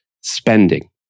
spending